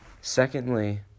Secondly